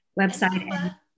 website